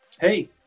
Hey